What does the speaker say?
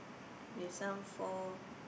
with some four